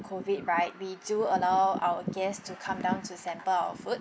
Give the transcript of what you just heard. COVID right we do allow our guests to come down to sample our food